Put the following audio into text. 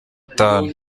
itanu